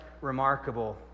remarkable